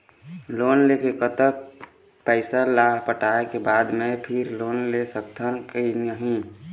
Loan के कतक पैसा ला पटाए के बाद मैं फिर लोन ले सकथन कि नहीं?